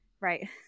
right